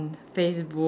Facebook